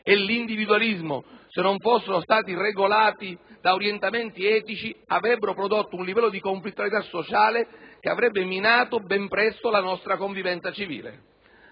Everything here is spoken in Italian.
e l'individualismo, se non fossero stati regolati da orientamenti etici, avrebbero prodotto un livello di conflittualità sociale che avrebbe minato ben presto la nostra convivenza civile.